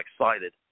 excited